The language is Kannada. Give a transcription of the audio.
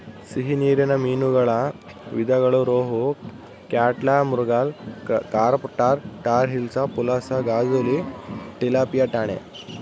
ಸಿಹಿ ನೀರಿನ ಮೀನುಗಳ ವಿಧಗಳು ರೋಹು, ಕ್ಯಾಟ್ಲಾ, ಮೃಗಾಲ್, ಕಾರ್ಪ್ ಟಾರ್, ಟಾರ್ ಹಿಲ್ಸಾ, ಪುಲಸ, ಕಾಜುಲಿ, ಟಿಲಾಪಿಯಾ ರಾಣಿ